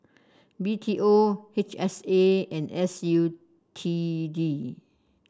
B T O H S A and S U T D